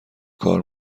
کار